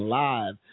live